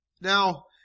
Now